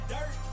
Dirt